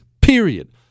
Period